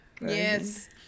yes